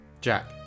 Jack